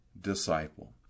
disciple